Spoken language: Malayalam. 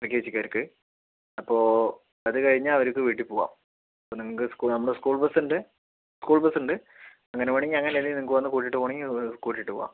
എൽകെജിക്കാർക്ക് അപ്പോൾ അതുകഴിഞ്ഞാൽ അവർക്ക് വീട്ടിപ്പോകാം ഇപ്പോൾ നിങ്ങൾക്ക് നമ്മടെ സ്കൂൾബസ്സുണ്ട് സ്കൂൾബസ്സുണ്ട് അങ്ങനെ വേണമെങ്കിൽ അങ്ങനെ അല്ലെങ്കിൽ നിങ്ങൾക്ക് വന്നിട്ട് കൂട്ടിയിട്ട് പോകണമെങ്കിൽ കൂട്ടിയിട്ട് പോകാം